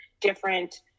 different